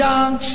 Junk